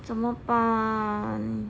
怎么办